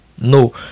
no